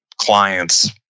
clients